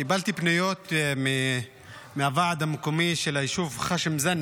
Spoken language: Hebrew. קיבלתי פניות מהוועד המקומי של היישוב ח'שם זנה